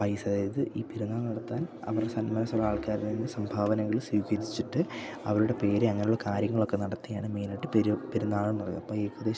പൈസ അതായത് ഈ പെരുന്നാൾ നടത്താൻ അവർ സന്മസ്സുള്ള ആൾക്കാരിൽ നിന്ന് സംഭാവനകൾ സ്വീകരിച്ചിട്ട് അവരുടെ പേര് അങ്ങനെയുള്ള കാര്യങ്ങളൊക്കെ നടത്തിയാണ് മെയിനായിട്ട് പെരുന്നാളെന്ന് ഉള്ളത് അപ്പോൾ ഏകദേശം